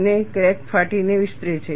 અને ક્રેક ફાટીને વિસ્તરે છે